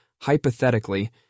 hypothetically